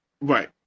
Right